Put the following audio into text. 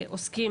לעוסקים,